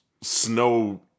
snow